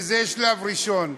וזה שלב ראשון.